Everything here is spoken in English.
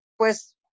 pues